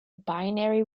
binary